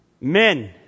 men